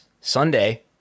Sunday